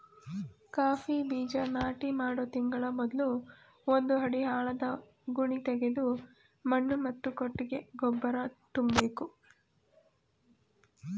coffee ಬೀಜ ನಾಟಿ ಮಾಡೋ ತಿಂಗಳ ಮೊದ್ಲು ಒಂದು ಅಡಿ ಆಳದ ಗುಣಿತೆಗೆದು ಮಣ್ಣು ಮತ್ತು ಕೊಟ್ಟಿಗೆ ಗೊಬ್ಬರ ತುಂಬ್ಬೇಕು